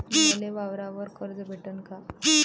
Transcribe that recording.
मले वावरावर कर्ज भेटन का?